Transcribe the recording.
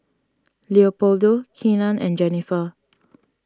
Leopoldo Keenan and Jennifer